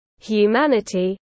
humanity